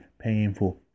painful